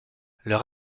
leur